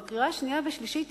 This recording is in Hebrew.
בקריאה שנייה ובקריאה שלישית,